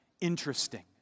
interesting